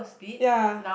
ya